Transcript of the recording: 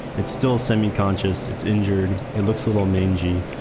it's still semi-conscious, it's injured. it looks a little mangy.